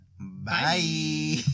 Bye